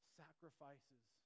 sacrifices